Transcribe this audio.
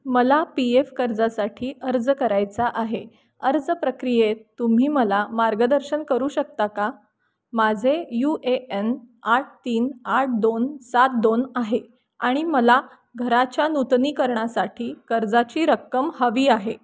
मला P F कर्जासाठी अर्ज करायचा आहे अर्ज प्रक्रियेत तुम्ही मला मार्गदर्शन करू शकता का माझे यू ए एन आठ तीन आठ दोन सात दोन आहे आणि मला घराच्या नूतनीकरणासाठी कर्जाची रक्कम हवी आहे